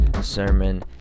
sermon